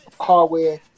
hardware